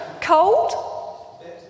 Cold